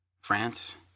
France